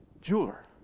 jeweler